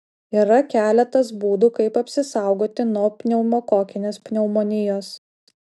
yra keletas būdų kaip apsisaugoti nuo pneumokokinės pneumonijos